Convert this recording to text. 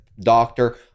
doctor